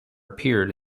appeared